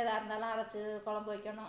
எதாக இருந்தாலும் அரைச்சு குழம்பு வைக்கணும்